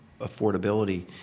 affordability